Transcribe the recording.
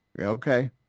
Okay